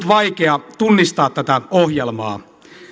vaikea tunnistaa tätä ohjelmaa